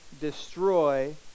destroy